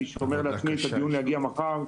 אני שומר לעצמי את הזכות להגיע מחר,